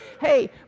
hey